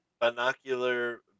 binocular